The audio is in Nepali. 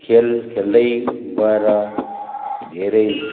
खेल खेल्दै गएर धेरै